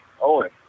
Owen